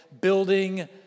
building